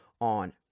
on